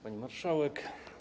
Pani Marszałek!